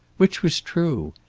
which was true?